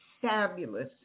fabulous